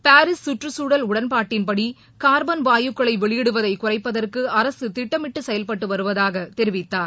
Paris கற்றுச்சூழல் உடன்பாட்டின்படி carbon வாயுக்களை வெளியிடுவதை குறைப்பதற்கு அரசு திட்டமிட்டு செயல்பட்டு வருவதாக தெரிவித்தார்